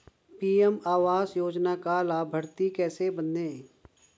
PM आवास योजना का लाभर्ती कैसे बनें?